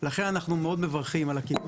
אבל במקום לעסוק בשיתופי פעולה אפשריים עם התיכונים